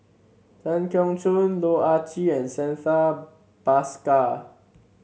Tan Keong Choon Loh Ah Chee and Santha Bhaskar